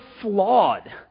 flawed